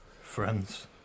friends